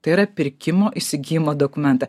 tai yra pirkimo įsigijimo dokumentą